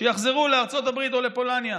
שיחזרו לארצות הברית או לפולניה.